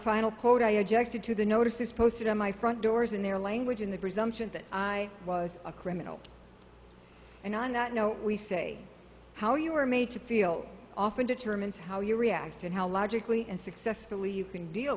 final quote i objected to the notices posted on my front doors in their language in the presumption that i was a criminal and on that note we say how you were made to feel often determines how you react and how logically and successfully you can deal